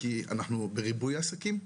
כי אנחנו בריבוי עסקים.